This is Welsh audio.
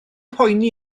poeni